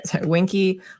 Winky